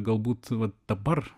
galbūt va dabar